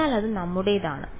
അതിനാൽ അത് നമ്മുടേതാണ്